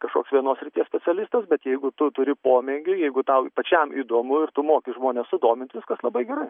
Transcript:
kažkoks vienos srities specialistas bet jeigu tu turi pomėgių jeigu tau pačiam įdomu ir tu moki žmones sudomint viskas labai gerai